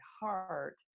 heart